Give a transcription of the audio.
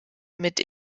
mit